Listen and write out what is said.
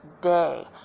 day